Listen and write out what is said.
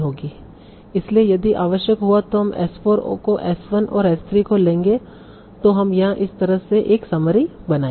इसलिए यदि आवश्यक हुआ तो हम S 4 को S 1 और S 3 को लेंगे तों हम यहाँ इस तरह से एक समरी बनाएंगे